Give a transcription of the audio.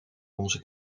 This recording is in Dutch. onze